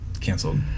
Canceled